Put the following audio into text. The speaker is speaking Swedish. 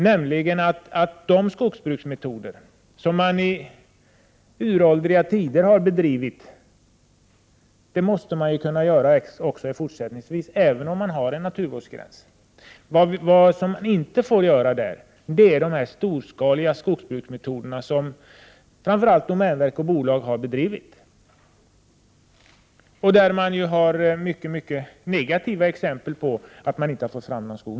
Vi menar att man också fortsättningsvis måste kunna bedriva skogsbruk med de skogsbruksmetoder man har använt sedan uråldriga tider, även om en naturvårdsgräns införs. Det som inte bör tillåtas är de storskaliga skogsbruksmetoder som framför allt domänverket och vissa bolag har använt sig av. Det finns många negativa exempel på att man i dessa fall inte har fått fram någon skog.